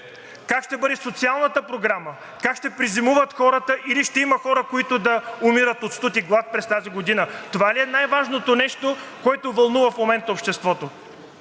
как ще бъде социалната програма, как ще презимуват хората или ще има хора, които да умират от студ и глад през тази година? Това ли е най важното нещо, което вълнува в момента обществото?